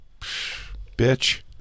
Bitch